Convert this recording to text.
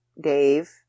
Dave